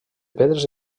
pedres